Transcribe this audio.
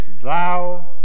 thou